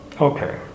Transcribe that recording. Okay